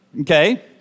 Okay